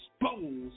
expose